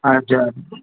अच्छा